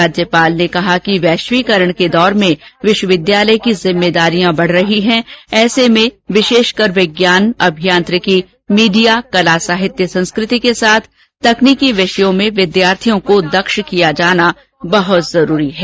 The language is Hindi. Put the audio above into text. राज्यपाल ने कहा कि वैश्वीकरण के दौर में विश्वविद्यालय की जिम्मेदारियां बढ़ रही है ऐसे में विशेषकर विज्ञान अभियांत्रिकी मीडिया कला साहित्य संस्कृति के साथ तकनीकी विषयों में विद्यार्थियों को दक्ष किया जाना बहुत जरुरी है